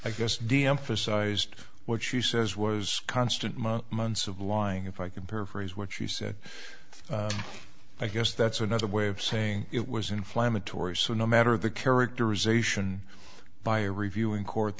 i guess deemphasized what she says was constant months of lying if i can paraphrase what she said i guess that's another way of saying it was inflammatory so no matter the characterization by a review in court